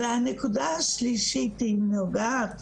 הנקודה השלישית היא נוגעת